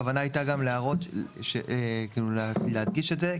הכוונה הייתה להראות ולהדגיש את זה,